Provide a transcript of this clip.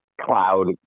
cloud